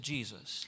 Jesus